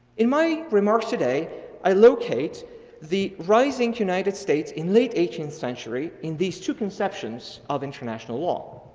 in my remarks today i locate the rising united states in late eighteenth century in these two conceptions of international law,